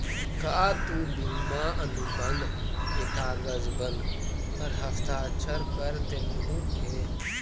का तु बीमा अनुबंध के कागजबन पर हस्ताक्षरकर देलहुं हे?